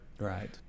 Right